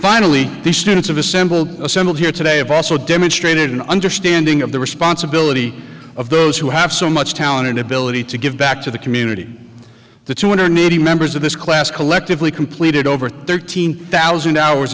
finally the students of assembled assembled here today of also demonstrated an understanding of the responsibility of those who have so much talent and ability to give back to the community the two hundred eighty members of this class collectively completed over thirteen thousand hours